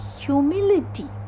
humility